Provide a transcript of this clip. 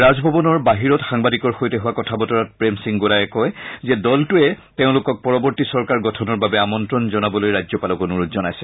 ৰাজভৱনৰ বাহিৰত সাংবাদিকৰ সৈতে হোৱা কথা বতৰাত প্ৰেম সিং গোলায় কয় যে দলটোৱে তেওঁলোকক পৰৱৰ্ত্তী চৰকাৰ গঠনৰ বাবে আমন্তণ জনাবলৈ ৰাজ্যপালক অনুৰোধ জনাইছে